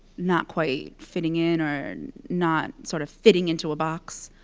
not quite fitting in, or not, sort of, fitting into a box,